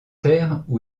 terre